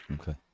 Okay